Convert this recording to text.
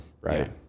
right